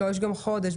ב-112 יש גם חודש.